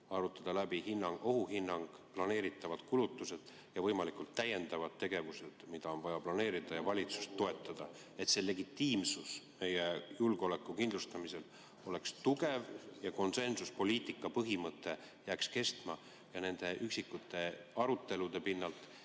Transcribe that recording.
arutada läbi ohuhinnang, planeeritavad kulutused ja võimalikud täiendavad tegevused, mida on vaja planeerida ja valitsust toetada, et see legitiimsus meie julgeoleku kindlustamisel oleks tugev ja konsensuspoliitika põhimõte jääks kestma ning nende üksikute arutelude pinnalt